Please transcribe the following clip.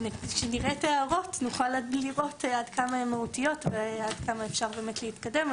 כשנראה את ההערות נוכל לראות עד כמה הן מהותיות ועד כמה אפשר להתקדם.